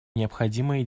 необходимые